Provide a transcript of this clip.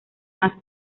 más